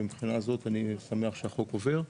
ומבחינה הזאת אני שמח שהחוק עובר.